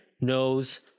Knows